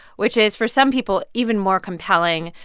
which is, for some people, even more compelling,